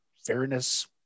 fairness